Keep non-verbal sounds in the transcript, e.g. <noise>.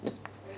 <noise>